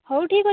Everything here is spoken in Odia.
ହଉ ଠିକଅଛି